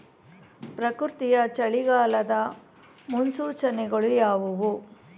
ಪ್ರಕೃತಿಯ ಚಳಿಗಾಲದ ಮುನ್ಸೂಚನೆಗಳು ಯಾವುವು?